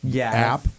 app